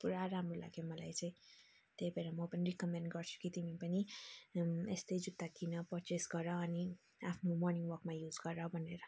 पुरा राम्रो लाग्यो मलाई चाहिँ त्यही भएर म पनि रिकमेन्ड गर्छु कि तिमी पनि यस्तै जुत्ता किन पर्चेस गर अनि आफ्नो मर्निङ वकमा युज गर भनेर